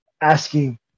asking